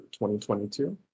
2022